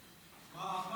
נתקבלה.